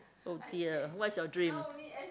oh dear what is your dream